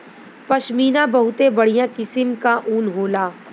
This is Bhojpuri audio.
पश्मीना बहुते बढ़िया किसम क ऊन होला